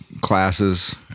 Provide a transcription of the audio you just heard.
classes